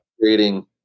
creating